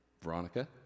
Veronica